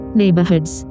neighborhoods